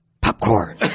Popcorn